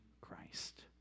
Christ